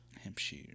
Hampshire